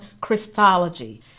Christology